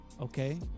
Okay